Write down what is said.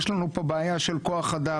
יש לנו פה בעיה של כוח אדם,